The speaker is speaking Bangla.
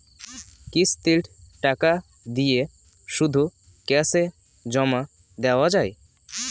কিস্তির টাকা দিয়ে শুধু ক্যাসে জমা দেওয়া যায়?